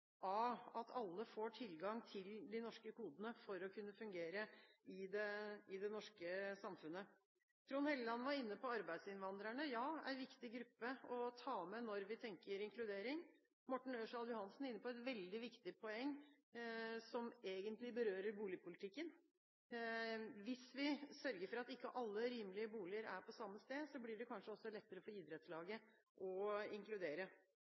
at alle får tilgang til de norske kodene for å kunne fungere i det norske samfunnet. Trond Helleland var inne på arbeidsinnvandrerne. Ja, det er en viktig gruppe å ta med når vi tenker inkludering. Morten Ørsal Johansen var inne på et veldig viktig poeng, som egentlig berører boligpolitikken: Hvis vi sørger for at ikke alle rimelige boliger er på samme sted, blir det kanskje lettere for idrettslagene å inkludere.